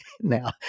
Now